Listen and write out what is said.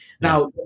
Now